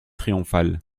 triomphale